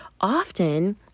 often